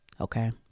okay